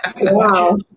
Wow